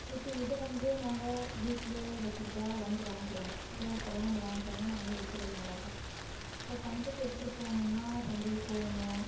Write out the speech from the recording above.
இப்போ இதை வந்து நாங்கள் வீட்லேயே வச்சிக்கிட்டா வந்து வாங்கிக்குவாங்க தேவைப்பட்றவங்க வந்து வாங்கிக்குவாங்க நாங்களும் விற்றுக்கிறதுக்கு நல்லா இருக்கும் இப்போ சந்தைக்கு எடுத்துட்டு போகணும்னா சந்தைக்கு போகணும்